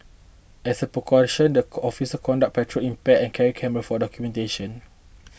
as a precaution the officers conduct patrol in Pairs and carry cameras for documentation